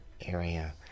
area